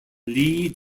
lee